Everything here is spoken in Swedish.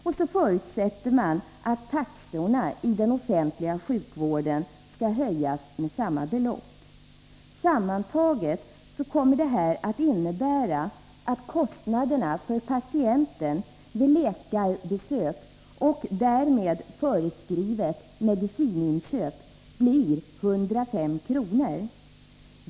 Det förutsätts i förslaget att taxorna i den offentliga sjukvården skall höjas med samma belopp. Sammantaget kommer detta att innebära att kostnaderna för patienten vid läkarbesök och därmed föreskrivet medicininköp blir 105 kr.